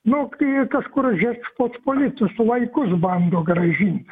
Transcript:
nu į kažkur žečpospolitos laikus bando gražint